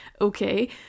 okay